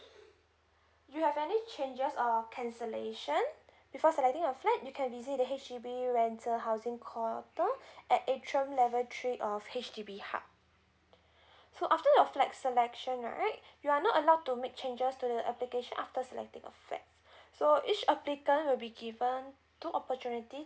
you have any changes or cancellation before selecting your flat you can visit the H_D_B rental housing portal at atrium level three of H_D_B hub so after your flat selection right you are not allowed to make changes to the application after selecting a flat so each applicant will be given two opportunity